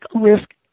risk